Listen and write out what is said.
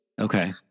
okay